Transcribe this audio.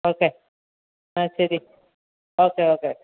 okay ആ ശരി okay okay